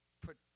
put